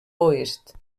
oest